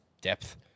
depth